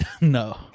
No